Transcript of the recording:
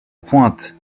pointe